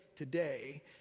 Today